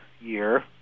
year